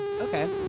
okay